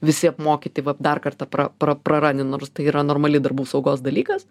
visi apmokyti va dar kartą pra pra praraninus nors tai yra normali darbų saugos dalykas